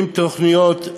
אם בתוכניות,